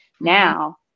Now